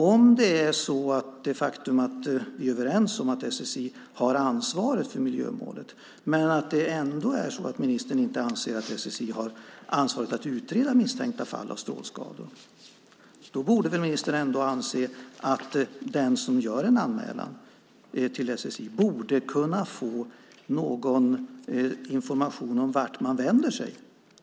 Om vi de facto är överens om att SSI har ansvaret för miljömålet och ministern inte anser att SSI har ansvaret att utreda misstänkta fall av strålskador borde väl ministern ändå anse att den som gör en anmälan till SSI borde kunna få någon information om vart man vänder sig.